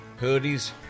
hoodies